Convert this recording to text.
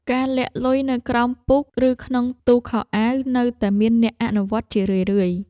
ការលាក់លុយនៅក្រោមពូក ឬក្នុងទូខោអាវ នៅតែមានអ្នកអនុវត្តជារឿយៗ។